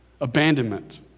Abandonment